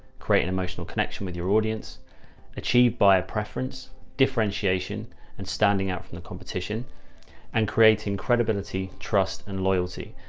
create an emotional connection with your audience achieved by a preference differentiation and standing out from the competition and creating credibility, trust and loyalty.